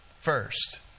first